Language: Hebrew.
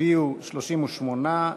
הצביעו 38,